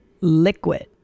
Liquid